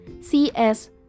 CS